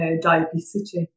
diabetes